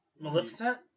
Maleficent